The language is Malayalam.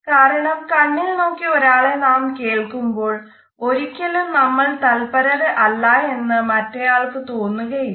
കാരണം കണ്ണിൽ നോക്കി ഒരാളെ നാം കേൾക്കുമ്പോൾ ഒരിക്കലും നമ്മൾ തല്പരർ അല്ലായെന്ന് മറ്റെയാൾക്ക് തോന്നുകയില്ല